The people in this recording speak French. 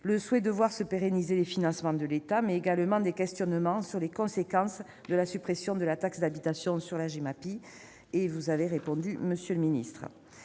le souhait de voir se pérenniser les financements de l'État, mais également des questionnements sur les conséquences de la suppression de la taxe d'habitation sur la Gemapi. Vous y avez répondu, monsieur le ministre.